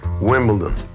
Wimbledon